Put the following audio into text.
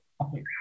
Okay